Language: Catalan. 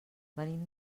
venim